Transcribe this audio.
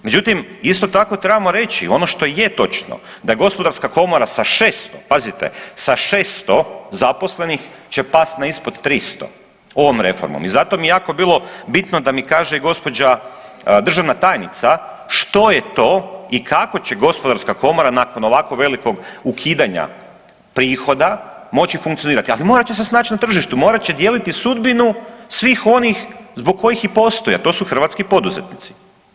Međutim, isto tako trebamo reći ono što je točno, da gospodarska komora sa 600, pazite sa 600 zaposlenih će past ispod 300 ovom reformom i zato mi je jako bilo bitno da mi kaže gospođa državna tajnica što je to i kako će gospodarska komora nakon ovako velikog ukidanja prihoda moći funkcionirati, ali morat će se snaći na tržištu, morat će dijeliti sudbinu svih onih zbog kojih i postoji, a to su hrvatski poduzetnici.